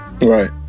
right